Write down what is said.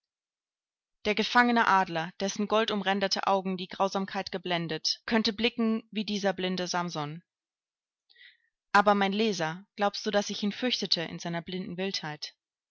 der gefangene adler dessen goldumränderte augen die grausamkeit geblendet könnte blicken wie dieser blinde samson aber mein leser glaubst du daß ich ihn fürchtete in seiner blinden wildheit